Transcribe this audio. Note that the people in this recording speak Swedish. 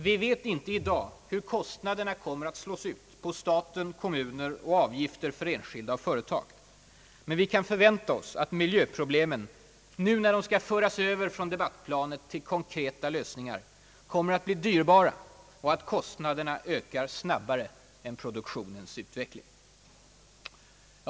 Vi vet inte i dag bur kostnaderna kommer att slås ut på staten, kommuner och avgifter för enskilda och företag. Men vi kan förvänta oss att miljöproblemen nu när de skall föras över från debattplanet till konkreta lösningar kommer att bli dyrbara och att kostnaderna ökar snabbare än produktionens utveckling.